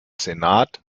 senat